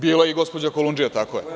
Bila je i gospođa Kolundžija, tako je.